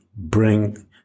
bring